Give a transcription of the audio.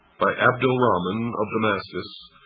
by abdel-rahman of damascus,